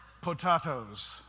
Potatoes